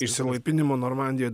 išsilaipinimo normandijoj